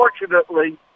Unfortunately